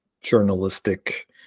journalistic